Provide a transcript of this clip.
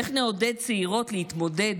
איך נעודד צעירות להתמודד